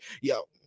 Yo